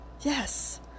Yes